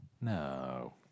No